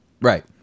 Right